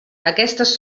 aquestes